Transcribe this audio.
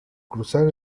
cruzar